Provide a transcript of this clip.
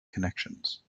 connections